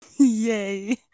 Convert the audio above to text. Yay